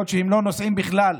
יכול להיות שהם לא נוסעים בכלל.